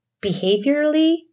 behaviorally